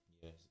Yes